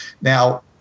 now